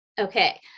Okay